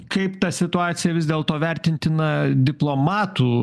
kaip ta situacija vis dėlto vertintina diplomatų